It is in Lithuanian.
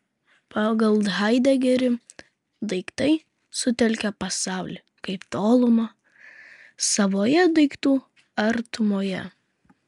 pagal haidegerį daiktai sutelkia pasaulį kaip tolumą savoje daiktų artumoje